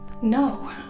no